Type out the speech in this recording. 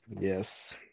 Yes